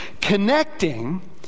Connecting